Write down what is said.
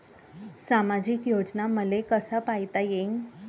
सामाजिक योजना मले कसा पायता येईन?